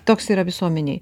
toks yra visuomenėj